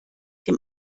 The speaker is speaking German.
dem